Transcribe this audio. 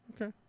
Okay